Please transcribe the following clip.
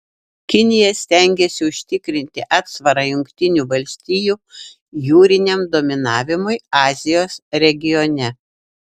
kinija stengiasi užtikrinti atsvarą jungtinių valstijų jūriniam dominavimui azijos regione